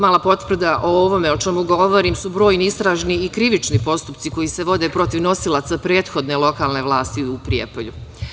Mala potvrda o ovome o čemu govorim su brojni istražni i krivični postupci koji se vode protiv nosilaca prethodne lokalne vlasti u Prijepolju.